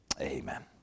Amen